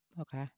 Okay